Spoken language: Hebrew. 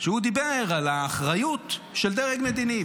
שדיבר על האחריות של דרג מדיני.